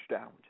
out